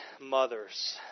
mothers